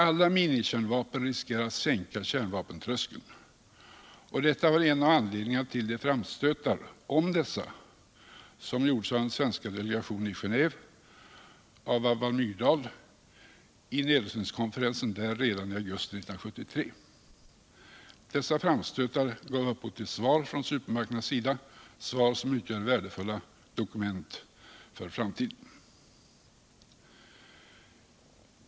Alla minikärnvapen riskerar att sänka kärrvapentröskeln, och detta var en av anledningarna till de framstötar om dessa som gjordes av den svenska delegationen i Geneve — då ledd av Alva Myrdal — i nedrustningskonferensen där redan i augusti 1973. Dessa framstötar gav upphov till svar från supermakternas sida, svar som utgör värdefulla dokument för framtiden.